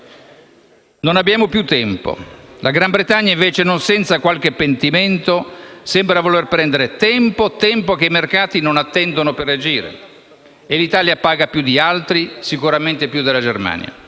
Non abbiamo più tempo: il Regno Unito, invece, non senza qualche pentimento, sembra voler prendere tempo: un tempo che i mercati non attendono per reagire. L'Italia paga più di altri, certamente più della Germania;